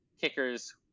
kickers